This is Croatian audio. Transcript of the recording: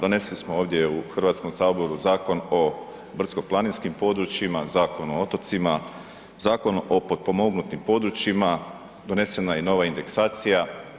Donesli smo ovdje u HS-u Zakon o brdsko-planinskim područjima, Zakon o otocima, Zakon o potpomognutim područjima, donesena je i nova indeksacija.